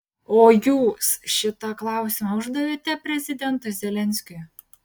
o jūs šitą klausimą uždavėte prezidentui zelenskiui